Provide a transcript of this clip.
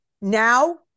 Now